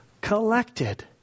collected